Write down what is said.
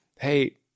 hey